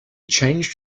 changed